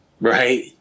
Right